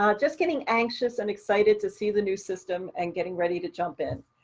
um just getting anxious and excited to see the new system and getting ready to jump in.